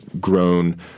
grown